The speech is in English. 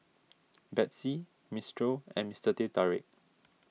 Betsy Mistral and Mister Teh Tarik